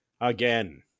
again